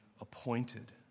appointed